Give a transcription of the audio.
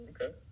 Okay